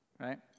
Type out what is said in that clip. right